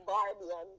Barbie